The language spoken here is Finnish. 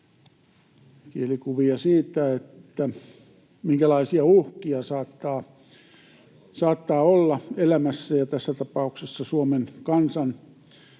kielikuvia siitä, minkälaisia uhkia saattaa olla elämässä ja tässä tapauksessa Suomen kansan